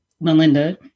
Melinda